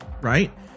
right